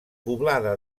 poblada